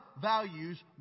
values